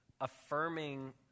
affirming